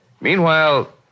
Meanwhile